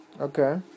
Okay